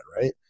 Right